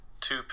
two